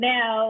Now